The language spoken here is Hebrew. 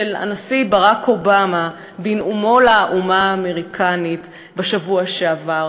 הנשיא ברק אובמה בנאומו לאומה האמריקנית בשבוע שעבר.